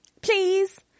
Please